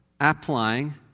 applying